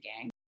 gang